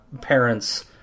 parents